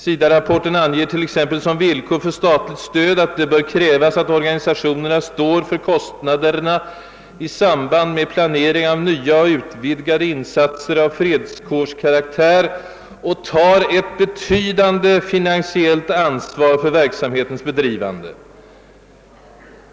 SIDA-rapporten anger t.ex. som villkor för statligt stöd, att »det bör krävas att organisationerna står för kostnaderna i samband med planering av nya eller utvidgade insatser av fredskårskaraktär och tar ett betydande finansiellt ansvar för verksamhetens bedrivande».